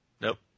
Nope